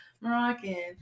Moroccan